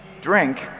drink